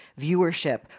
viewership